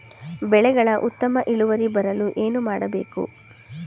ಬೆಳೆಗಳ ಉತ್ತಮ ಇಳುವರಿ ಬರಲು ಏನು ಮಾಡಬೇಕು?